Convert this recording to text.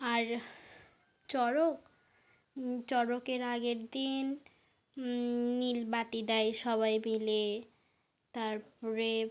আর চড়ক চড়কের আগের দিন নীলবাতি দেয় সবাই মিলে তারপরে